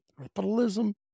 capitalism